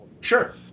Sure